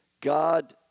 God